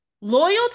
Loyalty